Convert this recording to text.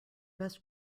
best